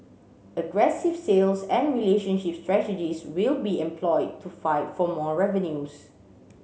aggressive sales and relationship strategies will be employed to fight for more revenues